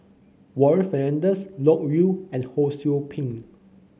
Warren Fernandez Loke Yew and Ho Sou Ping